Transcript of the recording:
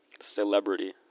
celebrity